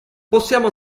possiamo